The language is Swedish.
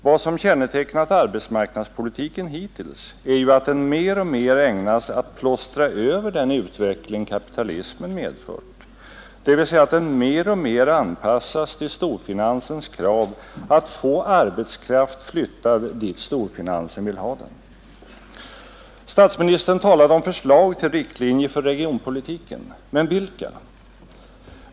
Vad som kännetecknat arbetsmarknadspolitiken hittills är att den mer och mer ägnas åt att plåstra över den utveckling kapitalismen medfört, det vill säga att den alltmera anpassas till storfinansens krav att få arbetskraft flyttad dit storfinansen vill. Statsministern talade om förslag till riktlinjer för regionalpolitiken, men vilka?